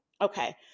Okay